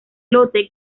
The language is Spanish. lote